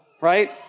right